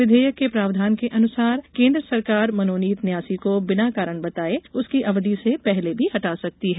विधेयक के प्रावधान के अनुसार केन्द्र सरकार मनोनीत न्यासी को बिना कारण बताए उसकी अवधि से पहले भी हटा सकती है